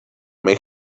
made